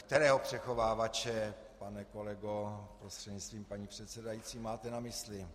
Kterého přechovávače, pane kolego prostřednictvím paní předsedající, máte na mysli?